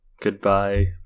goodbye